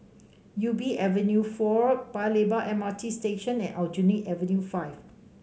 Ubi Avenue Four Paya Lebar M R T Station and Aljunied Avenue Five